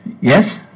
Yes